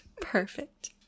Perfect